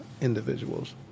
individuals